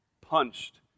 punched